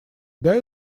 дай